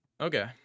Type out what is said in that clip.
okay